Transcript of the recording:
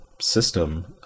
system